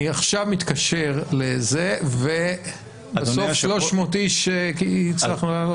אני עכשיו מתקשר לזה ובסוף 300 איש הצלחנו להעלות?